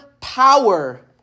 power